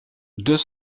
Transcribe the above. deux